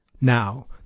Now